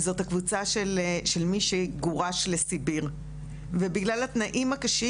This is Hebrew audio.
זאת הקבוצה של מי שגורש לסיביר ובגלל התנאים הקשים